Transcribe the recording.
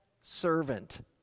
servant